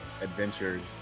adventures